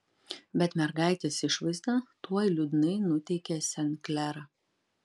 bet mergaitės išvaizda tuoj liūdnai nuteikė sen klerą